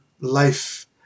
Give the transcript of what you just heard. life